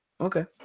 Okay